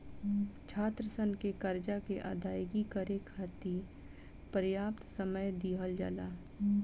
छात्रसन के करजा के अदायगी करे खाति परयाप्त समय दिहल जाला